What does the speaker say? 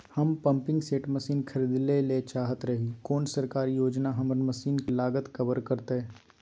हम pumping set मसीन खरीदैय ल चाहैत रही कोन सरकारी योजना हमर मसीन खरीदय के लागत कवर करतय?